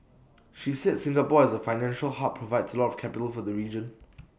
she said Singapore as A financial hub provides A lot of capital for the region